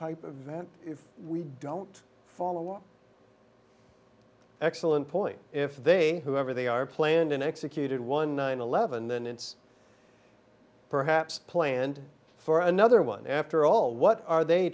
of event if we don't follow law excellent point if they whoever they are planned and executed one nine eleven then it's perhaps planned for another one after all what are they